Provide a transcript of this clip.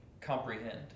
comprehend